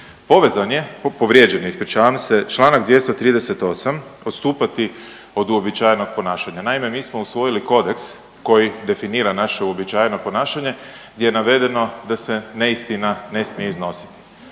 povezan je, povrijeđen je ispričavam se članak 238. odstupati od uobičajenog ponašanja. Naime, mi smo usvojili kodeks koji definira naše uobičajeno ponašanje, gdje je navedeno da se neistina ne smije iznositi.